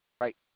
Right